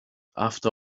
after